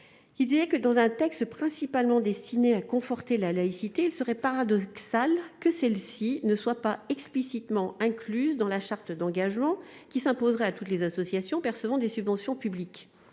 dernier, « dans un texte principalement destiné à conforter la laïcité, il serait paradoxal que celle-ci ne soit pas explicitement incluse dans la charte d'engagement qui s'imposerait à toutes les associations percevant des subventions publiques